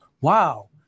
Wow